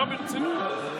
ברצינות.